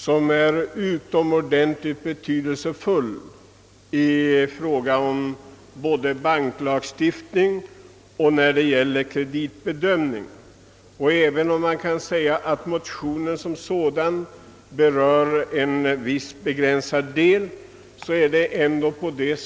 Jag anser emellertid att både frågan om kreditbedömningen och frågan om banklagstiftningen är utomordentligt betydelsefulla. Motionärerna berör endast en begränsad del av frågan om kreditbedömningen.